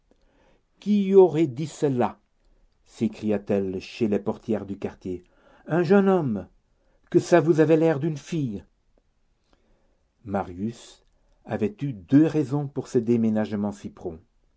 qui aurait dit cela s'écria-t-elle chez les portières du quartier un jeune homme que ça vous avait l'air d'une fille marius avait eu deux raisons pour ce déménagement si prompt